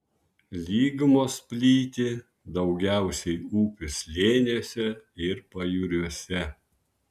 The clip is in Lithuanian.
lygumos plyti daugiausiai upių slėniuose ir pajūriuose